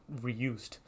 reused